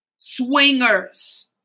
Swingers